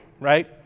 right